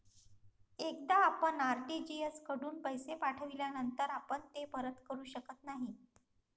एकदा आपण आर.टी.जी.एस कडून पैसे पाठविल्यानंतर आपण ते परत करू शकत नाही